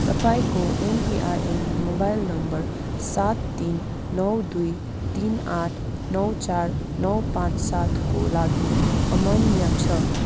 तपाईँको MPIN mobile number सात तिन नौ दुई तिन आठ नौ चार नौ पाँच सातको लागि अमान्य छ